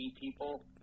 people